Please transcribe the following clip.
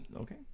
Okay